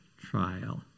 trial